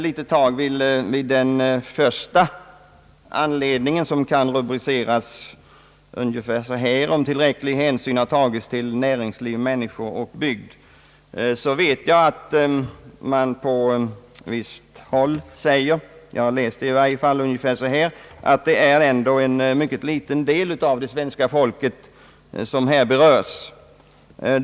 Beträffande frågan om tillräcklig hänsyn tagits till näringsliv, människor och bygd har jag erfarit att man på SJ-håll säger att det ändå är en mycket liten del av det svenska folket som berörs.